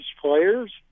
players